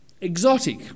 exotic